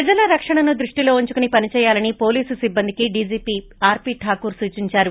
ప్రజల రక్షణను దృష్లిలో ఉంచుకుని పనిచేయాలని పోలీసు సిబ్బందికి డీజీపీ ఠాకూర్ సూచించారు